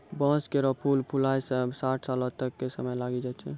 बांस केरो फूल फुलाय म साठ सालो तक क समय लागी जाय छै